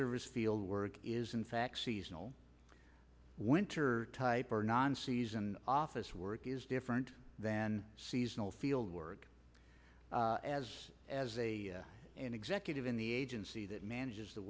service field work is in fact seasonal winter type or non season office work is different than seasonal field work as an executive in the agency that manages the